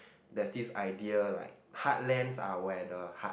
that's this idea like heartland are where the heart